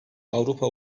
avrupa